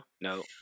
No